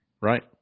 right